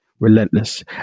relentless